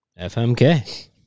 FMK